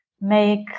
make